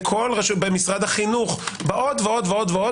במשרד החינוך ועוד ועוד,